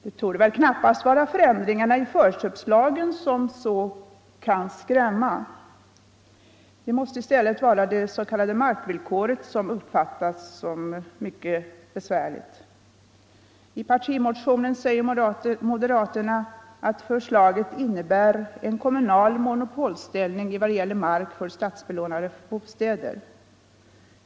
Det borde knappast vara ändringarna i förköpslagen som så till den grad kan skrämma. Det tycks vara det s.k. markvillkoret som uppfattas som mycket besvärligt. I partimotionen säger moderaterna att förslaget innebär en kommunal monopolställning i vad gäller mark för statsbelånade bostäder.